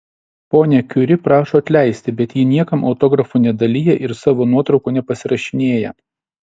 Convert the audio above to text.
ponia kiuri prašo atleisti bet ji niekam autografų nedalija ir savo nuotraukų nepasirašinėja